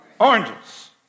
Oranges